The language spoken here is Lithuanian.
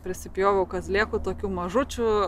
prisipjoviau kazlėkų tokių mažučių